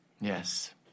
Yes